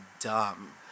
dumb